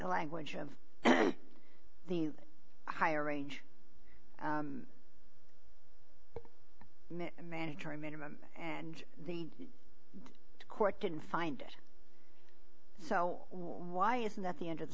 language of the higher range mandatory minimum and the court didn't find it so why isn't that the end of the